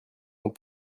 sont